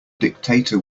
dictator